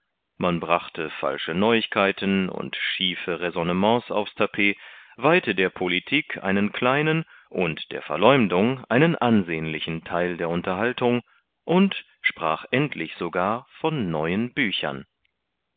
man brachte falsche neuigkeiten und schiefe räsonnements aufs tapet weihte der politik einen kleinen und der verleumdung einen ansehnlichen theil der unterhaltung und sprach endlich sogar von neuen büchern